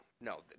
no